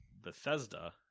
Bethesda